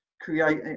create